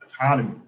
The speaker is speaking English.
autonomy